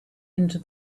into